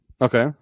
Okay